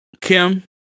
Kim